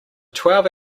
twelve